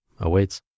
awaits